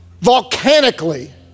volcanically